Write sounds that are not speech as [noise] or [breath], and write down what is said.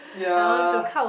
ya [breath]